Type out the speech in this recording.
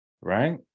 right